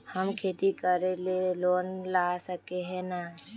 हम खेती करे ले लोन ला सके है नय?